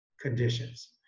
conditions